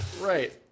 Right